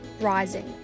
rising